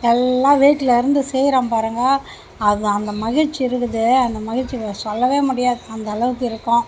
எல்லாம் வீட்டிலருந்து செய்கிறோம் பாருங்க அது அந்த மகிழ்ச்சி இருக்குதே அந்த மகிழ்ச்சி சொல்லவே முடியாது அந்தளவுக்கு இருக்கும்